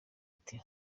ati